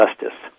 justice